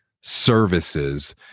services